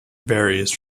varies